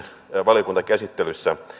valiokuntakäsittelyssä